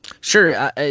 Sure